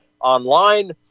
online